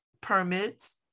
permits